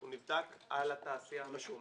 הוא נבדק על התעשייה המקומית.